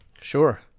Sure